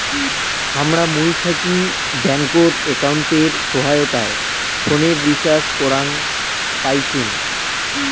হামরা মুই থাকি ব্যাঙ্কত একাউন্টের সহায়তায় ফোনের রিচার্জ করাং পাইচুঙ